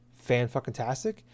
fan-fucking-tastic